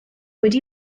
wedi